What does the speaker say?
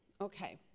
Okay